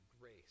grace